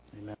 Amen